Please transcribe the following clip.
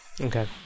Okay